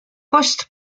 post